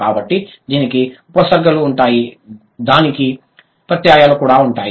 కాబట్టి దీనికి ఉపసర్గలు ఉంటాయి దానికి ప్రత్యయాలు కూడా ఉంటాయి